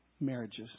marriages